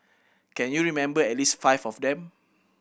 can you remember at least five of them